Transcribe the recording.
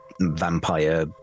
vampire